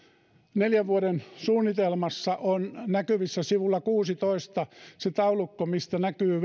neljän vuoden suunnitelmassa on näkyvissä sivulla kuusitoista taulukko mistä näkyy